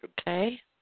Okay